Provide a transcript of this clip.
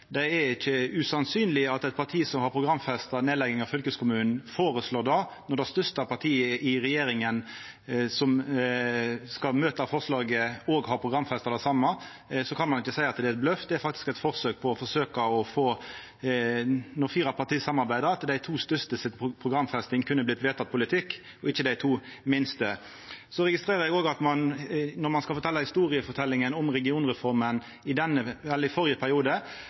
Det er ikkje usannsynleg at eit parti som har programfesta nedlegging av fylkeskommunen, føreslår det. Når det største partiet i regjeringa skal møta forslaget og har programfesta det same, kan ein ikkje seia at det er ein bløff. Når fire parti samarbeider, kunne programfestinga til dei to største vorte vedteken politikk, ikkje programmet til dei to minste. Så registrerer eg òg at når ein skal fortelja historia om regionreforma i førre periode, gjev ein inntrykk av at me sat i